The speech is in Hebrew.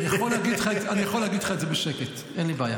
אני יכול להגיד לך את זה בשקט, אין לי בעיה.